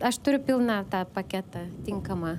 aš turiu pilną tą paketą tinkamą